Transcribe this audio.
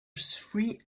three